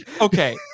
Okay